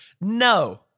No